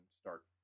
start